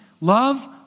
love